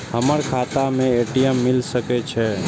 हमर खाता में ए.टी.एम मिल सके छै?